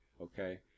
okay